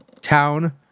town